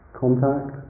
contact